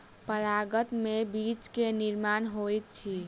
परागन में बीज के निर्माण होइत अछि